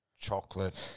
chocolate